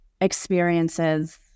experiences